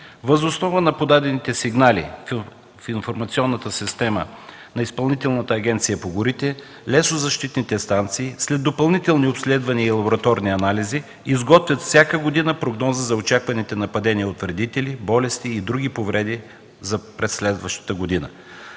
Въз основа на подадените сигнали в информационната система на Изпълнителната агенция по горите лесозащитните станции след допълнителни обследвания и лабораторни анализи изготвят всяка година прогноза за очакваните нападения от вредители, болести и други повреди през следващата година.